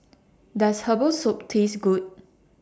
Does Herbal Soup Taste Good